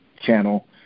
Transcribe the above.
channel